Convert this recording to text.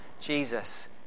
Jesus